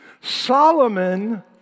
Solomon